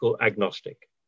agnostic